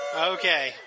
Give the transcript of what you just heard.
Okay